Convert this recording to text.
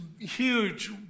huge